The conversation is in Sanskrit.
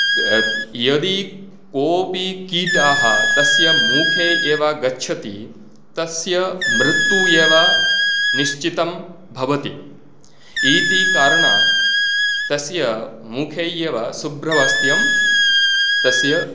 यदि कोऽपि कीटः तस्य मुखे एव गच्छति तस्य मृत्युः एव निश्चितं भवति इति कारणात् तस्य मुखे एव शुभ्रवस्त्रं तस्य